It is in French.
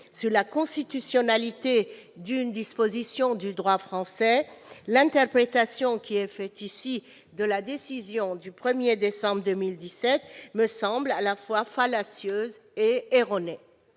sur la constitutionnalité d'une disposition du droit français, l'interprétation qui est faite, ici, de la décision du 1 décembre 2017 me semble, à la fois, fallacieuse et erronée.